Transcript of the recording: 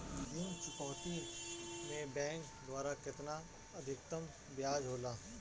ऋण चुकौती में बैंक द्वारा केतना अधीक्तम ब्याज होला?